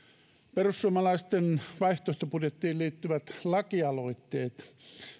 perussuomalaisten vaihtoehtobudjettiin liittyvät lakialoitteet